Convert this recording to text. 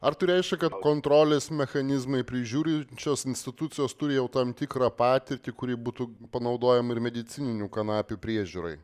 ar tai reiškia kad kontrolės mechanizmai prižiūrinčios institucijos turi jau tam tikrą patirtį kuri būtų panaudojama ir medicininių kanapių priežiūrai